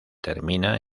termina